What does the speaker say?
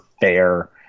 fair –